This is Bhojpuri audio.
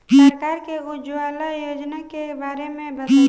सरकार के उज्जवला योजना के बारे में बताईं?